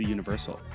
Universal